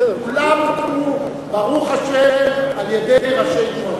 כולן הוקמו, ברוך השם, על-ידי ראשי תנועתך.